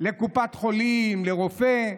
לקופת חולים, לרופא.